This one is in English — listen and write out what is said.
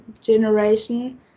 generation